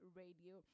radio